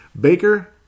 Baker